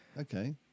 Okay